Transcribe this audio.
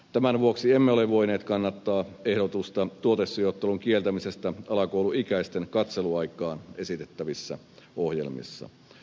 tämän vuoksi emme ole voineet kannattaa ehdotusta tuotesijoittelun kieltämisestä alakouluikäisten katseluaikaan esitettävissä ohjelmissa